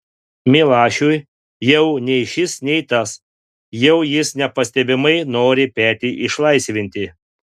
milašiui jau nei šis nei tas jau jis nepastebimai nori petį išlaisvinti